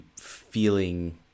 feeling